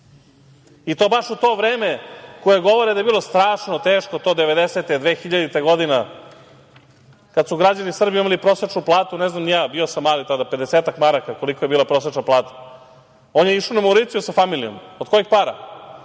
i to baš u to vreme koje govore da je bilo strašno, devedesete, 2000. godina, kada su građani Srbije imali prosečnu platu, ne znam ni ja, bio sam mali tada, pedesetak maraka, kolika je bila prosečna plata. On je išao na Mauricijus sa familijom. Od kojih para?